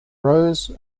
rose